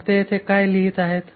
मग ते येथे काय लिहित आहेत